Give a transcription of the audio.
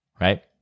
right